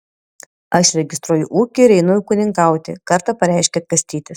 aš registruoju ūkį ir einu ūkininkauti kartą pareiškė kastytis